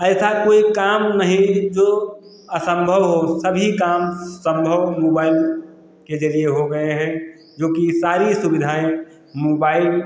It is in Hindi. ऐसा कोई काम नहीं है जो असंभव हो सभी काम संभव मुबाइल के जरिए हो गए हैं जोकि सारी सुविधाएँ मुबाइल